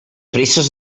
presses